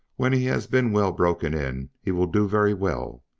when he has been well broken in he will do very well.